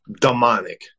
demonic